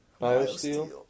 BioSteel